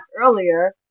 earlier